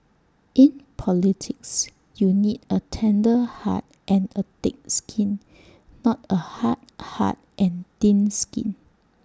in politics you need A tender heart and A thick skin not A hard heart and thin skin